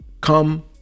come